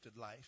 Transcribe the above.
life